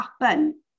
happen